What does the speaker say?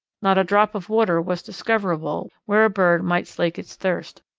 not a drop of water was discoverable, where a bird might slake its thirst.